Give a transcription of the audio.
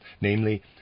namely